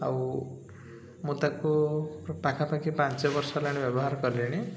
ଆଉ ମୁଁ ତାକୁ ପାଖାପାଖି ପାଞ୍ଚ ବର୍ଷ ହେଲାଣି ବ୍ୟବହାର କଲିଣି